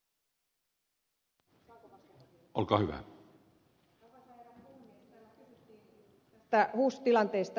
täällä kysyttiin hus tilanteesta